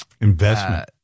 Investment